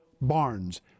barns